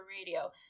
Radio